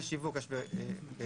שיווק יש בכ-86%.